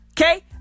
Okay